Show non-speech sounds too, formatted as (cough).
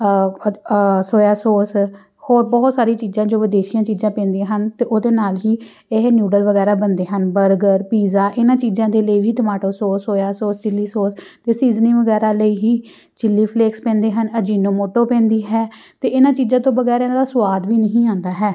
(unintelligible) ਸੋਇਆ sauce ਹੋਰ ਬਹੁਤ ਸਾਰੀਆਂ ਚੀਜ਼ਾਂ ਜੋ ਵਿਦੇਸ਼ੀਆਂ ਚੀਜ਼ਾਂ ਪੈਂਦੀਆਂ ਹਨ ਅਤੇ ਉਹਦੇ ਨਾਲ ਹੀ ਇਹ ਨੂਡਲ ਵਗੈਰਾ ਬਣਦੇ ਹਨ ਬਰਗਰ ਪੀਜ਼ਾ ਇਹਨਾਂ ਚੀਜ਼ਾਂ ਦੇ ਲਈ ਵੀ ਟਮਾਟੋ ਸੋਰਸ ਸੋਇਆ ਸੋਸ ਚਿੱਲੀ ਸੋਸ ਅਤੇ ਸੀਜ਼ਨਿੰਗ ਵਗੈਰਾ ਲਈ ਹੀ ਚਿੱਲੀ ਫਲੇਕਸ ਪੈਂਦੇ ਹਨ ਅਜੀਨੋਮੋਟੋ ਪੈਂਦੀ ਹੈ ਅਤੇ ਇਹਨਾਂ ਚੀਜ਼ਾਂ ਤੋਂ ਬਗੈਰ ਇਹਨਾਂ ਦਾ ਸਵਾਦ ਵੀ ਨਹੀਂ ਆਉਂਦਾ ਹੈ